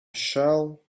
shall